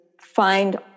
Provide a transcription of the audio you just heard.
find